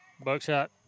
Buckshot